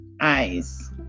eyes